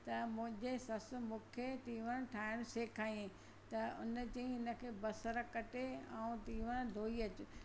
त मुंहिंजे ससु मूंखे तींवणु ठाहिणु सेखारियईं त उनजे हिनखे बसर कटे ऐं तींवणु धोई अचि